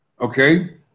Okay